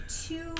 two